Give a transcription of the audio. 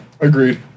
agreed